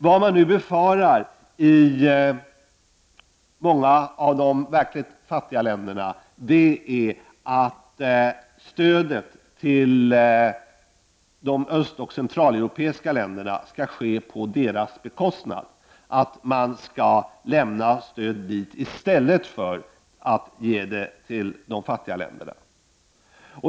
Vad man nu befarar i många av de verkligt fattiga länderna är att stödet till de östoch centraleuropeiska länderna skall ges på deras bekostnad. De tror att stöd kommer att lämnas till dessa länder i stället för till de fattiga länderna.